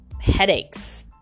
headaches